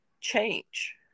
change